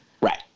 Right